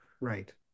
Right